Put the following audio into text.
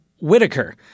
Whitaker